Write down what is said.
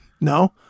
No